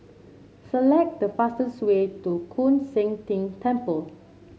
select the fastest way to Koon Seng Ting Temple